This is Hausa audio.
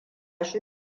shi